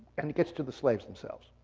and it gets to the slaves themselves.